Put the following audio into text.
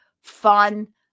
fun